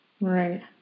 Right